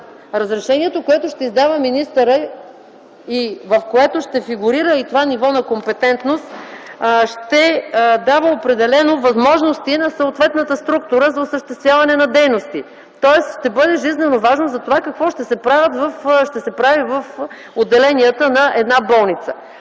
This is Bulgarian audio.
разрешението, което ще издава министърът и в което ще фигурира и това ниво на компетентност, ще дава определени възможности на съответната структура за осъществяване на дейности. Тоест ще бъде жизнено важно за това какво ще се прави в отделенията на една болница.